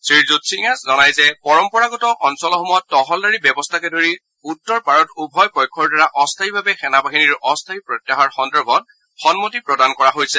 শ্ৰীযুত সিঙে জনায় যে পৰম্পৰাগত অঞ্চলসমূহত তহলদাৰী ব্যৱস্থাকে ধৰি উত্তৰ পাৰত উভয় পক্ষৰ দ্বাৰা অস্থায়ীভাৱে সেনা বাহিনীৰ অস্থায়ী প্ৰত্যাহাৰ সন্দৰ্ভত সন্মতি প্ৰদান কৰা হৈছে